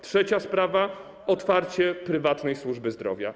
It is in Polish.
Trzecia sprawa to otwarcie prywatnej służby zdrowia.